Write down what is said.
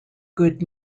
good